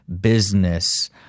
business